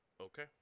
Okay